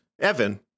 Evan